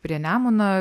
prie nemuno